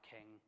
King